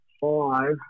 five